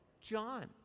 John